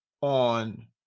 on